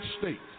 States